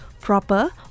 proper